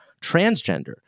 transgender